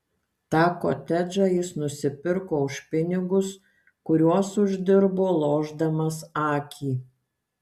tą kotedžą jis nusipirko už pinigus kuriuos uždirbo lošdamas akį